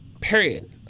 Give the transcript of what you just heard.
period